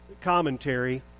commentary